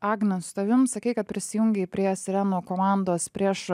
agne su tavim sakei kad prisijungei prie sirenų komandos prieš